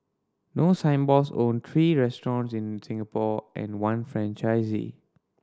no Signboards own three restaurants in Singapore and one franchisee